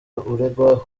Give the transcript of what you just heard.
uregwa